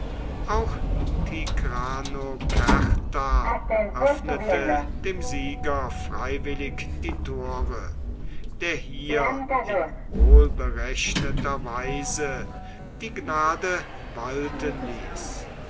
auch tigranokerta öffnete dem sieger freiwillig die tore der hier in wohlberechneter weise die gnade walten ließ